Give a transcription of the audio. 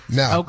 now